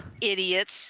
idiots